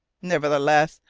nevertheless,